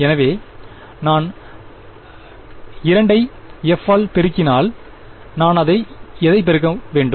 எனவே நான் 2 ஐ f ஆல் பெருக்கினால் நான் அதை எதை பெருக்க வேண்டும்